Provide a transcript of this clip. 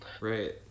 right